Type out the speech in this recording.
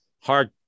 hard